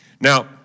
Now